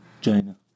China